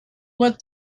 what